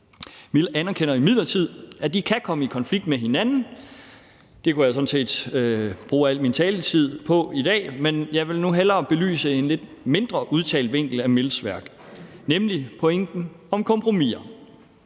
Mill anerkender imidlertid, at de kan komme i konflikt med hinanden. Det kunne jeg sådan set bruge al min taletid på i dag, men jeg vil nu hellere belyse en lidt mindre udtalt vinkel på Mills værk, nemlig pointen om kompromiser.